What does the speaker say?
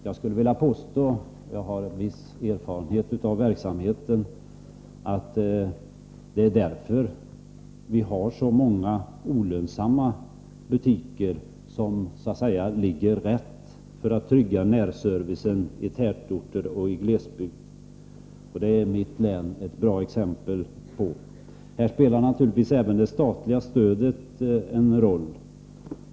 Jag skulle vilja påstå — och jag har en viss erfarenhet av verksamheten — att det är därför som vi har så många olönsamma butiker, som så att säga ligger rätt för att trygga närservicen i tätorter och glesbygder. Det är mitt län ett bra exempel på. Här spelar naturligtvis även det statliga stödet en roll.